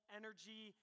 energy